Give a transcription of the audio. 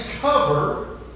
cover